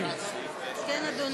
כן, אדוני.